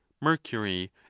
mercury